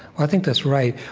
i think that's right.